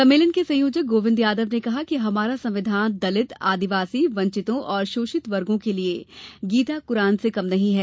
सम्मेलन के संयोजक गोविन्द यादव ने कहा कि हमारा संविधान दलित आदिवासी वंचितों और शोषित वर्गों के लिये गीता कुरान से कम नहीं है